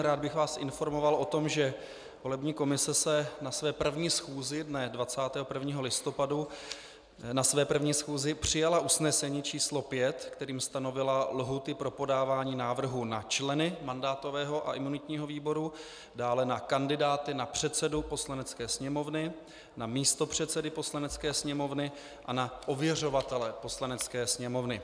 Rád bych vás informoval o tom, že volební komise na své první schůzi dne 21. listopadu přijala usnesení č. 5, kterým stanovila lhůty pro podávání návrhů na členy mandátového a imunitního výboru, dále na kandidáty na předsedu Poslanecké sněmovny, na místopředsedy Poslanecké sněmovny a na ověřovatele Poslanecké sněmovny.